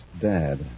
Dad